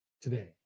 today